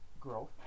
growth